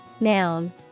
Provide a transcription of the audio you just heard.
Noun